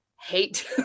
hate